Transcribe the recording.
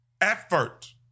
effort